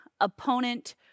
OPPONENT